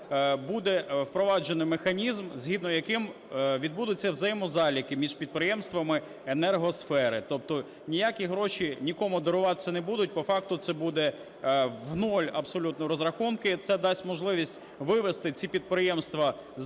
Буде впроваджено механізм, згідно якого відбудуться взаємозаліки між підприємствами енергосфери, тобто ніякі гроші нікому даруватися не будуть, по факту це буде в нуль абсолютно розрахунки. Це дасть можливість вивести ці підприємства з